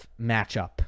matchup